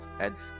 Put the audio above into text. ads